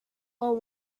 all